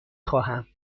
خواهم